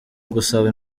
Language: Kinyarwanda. ugusaba